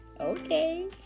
okay